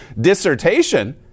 dissertation